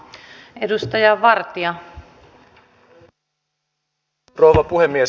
arvoisa rouva puhemies